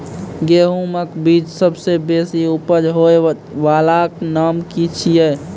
गेहूँमक बीज सबसे बेसी उपज होय वालाक नाम की छियै?